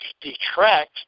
detract